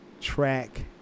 track